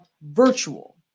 virtual